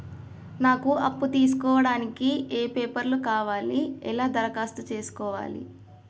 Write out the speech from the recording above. నాకు అప్పు తీసుకోవడానికి ఏ పేపర్లు కావాలి ఎలా దరఖాస్తు చేసుకోవాలి?